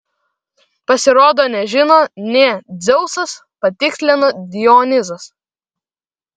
pasirodo nežino nė dzeusas patikslino dionizas